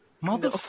Mother